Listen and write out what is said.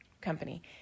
company